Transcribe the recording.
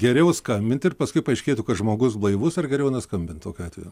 geriau skambinti ir paskui paaiškėtų kad žmogus blaivus ar geriau neskambint tokiu atveju